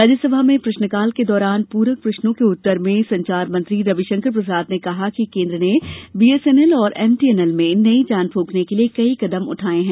राज्यसभा में प्रश्नकाल के दौरान पूरक प्रश्नों के उत्तर में संचार मंत्री रविशंकर प्रसाद ने कहा कि केन्द्र ने बीएसएनएल और एमटीएनएल में नई जान फूंकने के लिए कई कदम उठाये हैं